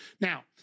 Now